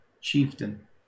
Chieftain